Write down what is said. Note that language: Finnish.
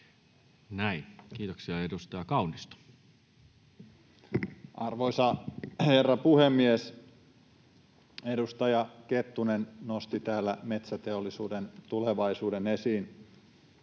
2023 Time: 19:16 Content: Arvoisa herra puhemies! Edustaja Kettunen nosti täällä met-säteollisuuden tulevaisuuden esiin.